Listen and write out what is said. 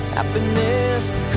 Happiness